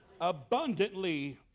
Abundantly